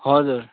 हजुर